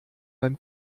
beim